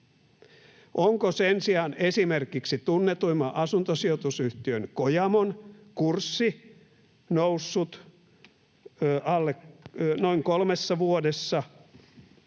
Onko sen sijaan esimerkiksi tunnetuimman asuntosijoitusyhtiö Kojamon kurssi noussut noin kolmessa vuodessa